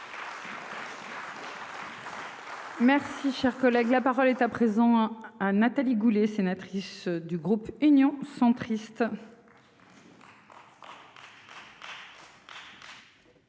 Merci, cher collègue, la parole est à présent hein. Nathalie Goulet, sénatrice du groupe Union centriste.